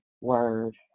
word